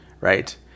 right